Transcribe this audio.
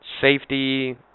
safety